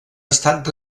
estat